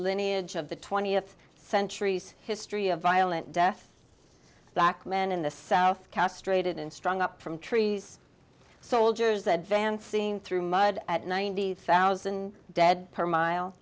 lineage of the twentieth century's history of violent death black men in the south castrated and strung up from trees soldiers that van seeing through mud at ninety thousand dead per mile